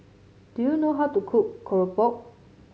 do you know how to cook Keropok